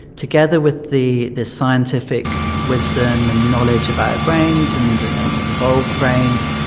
together with the the scientific wisdom and knowledge about brains and and evolved brains,